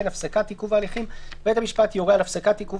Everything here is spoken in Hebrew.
הפסקת עיכוב ההליכים 319טז. (א)בית המשפט יורה על הפסקת עיכוב